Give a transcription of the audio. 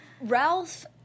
Ralph